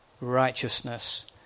righteousness